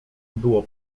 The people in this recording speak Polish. było